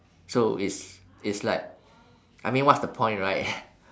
so it's it's like I mean what's the point right